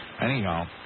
Anyhow